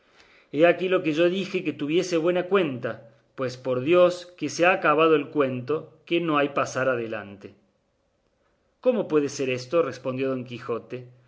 quijote he ahí lo que yo dije que tuviese buena cuenta pues por dios que se ha acabado el cuento que no hay pasar adelante cómo puede ser eso respondió don quijote